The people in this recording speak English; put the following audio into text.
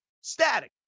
Static